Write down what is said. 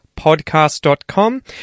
podcast.com